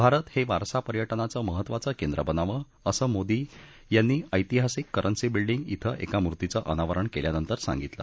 भारत हे वारसा पर्यटनाचं महत्त्वाचं केंद्र बनावं असं मोदी यांनी ऐतिहासिक करन्सी बिल्डींग क्वे एका मूर्तीचं अनावरण केल्यानंतर सांगितलं